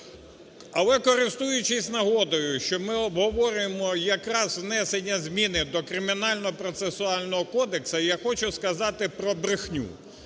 Але користуючись нагодою, що ми обговорюємо якраз внесення зміни до Кримінального процесуального кодексу, я хочу сказати про брехню.